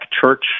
church